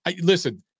Listen